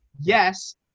Yes